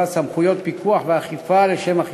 עמיר פרץ להציע את הצעת